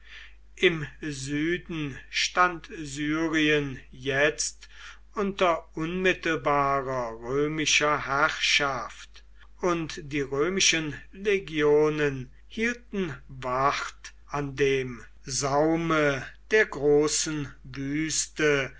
im süden stand syrien jetzt unter unmittelbarer römischer herrschaft und die römischen legionen hielten wacht an dem saume der großen wüste